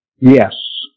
Yes